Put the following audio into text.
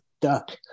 duck